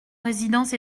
résidence